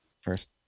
First